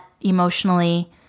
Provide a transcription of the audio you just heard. emotionally